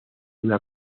una